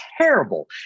terrible